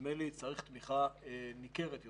נדמה לי שצריך תמיכה ניכרת יותר.